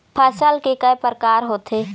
फसल के कय प्रकार होथे?